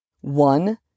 one